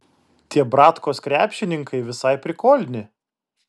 tie bratkos krepšininkai visai prikolni